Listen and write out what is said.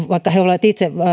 vaikka he olivat itse